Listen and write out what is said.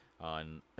on